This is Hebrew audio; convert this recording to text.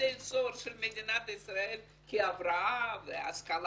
בבתי הסוהר של מדינת ישראל כהבראה והשכלה